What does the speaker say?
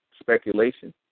speculation